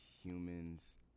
humans